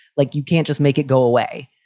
like, you can't just make it go away.